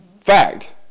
Fact